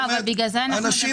לא, אבל בגלל זה הדיון,